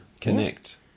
Connect